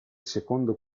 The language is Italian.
secondo